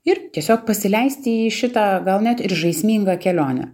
ir tiesiog pasileisti į šitą gal net ir žaismingą kelionę